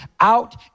out